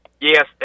Yes